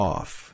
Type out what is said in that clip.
Off